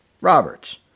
Roberts